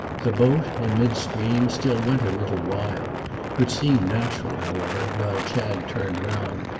the boat, in mid-stream, still went a little wild which seemed natural, however, while chad turned round,